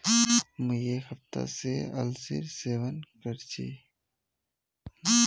मुई एक हफ्ता स अलसीर सेवन कर छि